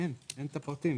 אין את הפרטים.